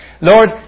Lord